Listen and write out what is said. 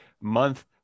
month